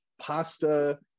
pasta